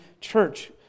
church